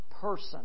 person